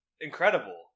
Incredible